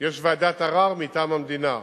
יש ועדת ערר מטעם המדינה,